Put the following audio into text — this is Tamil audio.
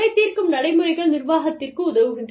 குறை தீர்க்கும் நடைமுறைகள் நிர்வாகத்திற்கு உதவுகின்றன